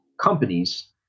companies